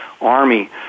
army